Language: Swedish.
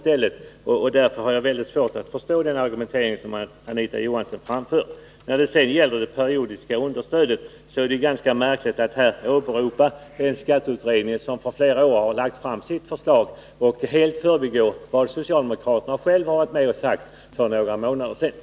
Jag har därför svårt att förstå Anita Johanssons ståndpunkt. När det gäller det periodiska understödet finner jag det märkligt att här åberopa en skatteutredning som lagt fram sitt förslag för flera år sedan och helt förbigå vad socialdemokraterna själva för några månader sedan varit med om att uttala.